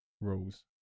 rules